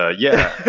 ah yeah.